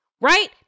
right